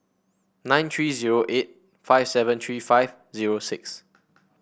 nine three zero eight five seven three five zero six